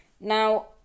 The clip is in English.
now